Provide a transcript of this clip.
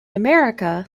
america